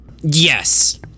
yes